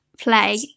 play